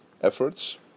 efforts